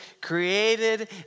created